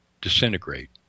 disintegrate